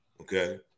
okay